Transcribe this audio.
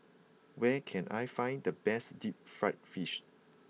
where can I find the best Deep Fried Fish